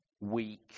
weak